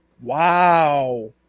Wow